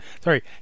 sorry